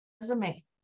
resume